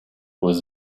was